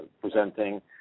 presenting